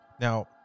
Now